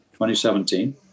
2017